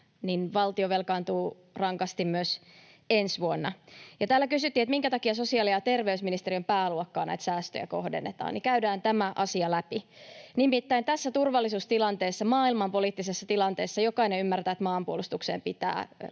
niin valtio velkaantuu rankasti myös ensi vuonna. Täällä kysyttiin, minkä takia sosiaali- ja terveysministeriön pääluokkaan näitä säästöjä kohdennetaan, niin käydään tämä asia läpi. Nimittäin tässä turvallisuustilanteessa, maailmanpoliittisessa tilanteessa, jokainen ymmärtää, että maanpuolustukseen pitää satsata.